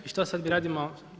I što sad mi radimo?